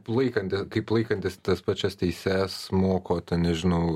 palaikanti kaip laikantis tas pačias teises moko ten nežinau